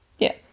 yeah